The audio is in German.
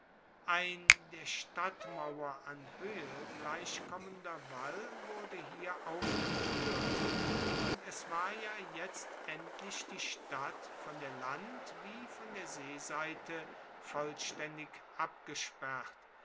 ein der stadtmauer an höhe gleichkommender wall wurde hier aufgeführt und es war jetzt endlich die stadt von der land wie von der seeseite vollständig abgesperrt